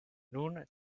nun